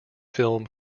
film